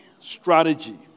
strategy